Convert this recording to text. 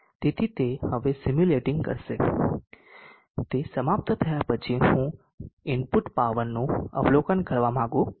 તેથી તે હવે સિમ્યુલેટીંગ કરશે અને તે સમાપ્ત થયા પછી હું ઇનપુટ પાવરનું અવલોકન કરવા માંગુ છું